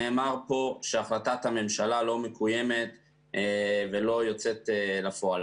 נאמר פה שהחלטת הממשלה לא מקוימת ולא יוצאת לפועל.